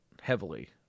heavily